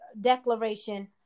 declaration